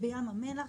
בים המלח,